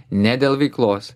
ne dėl veiklos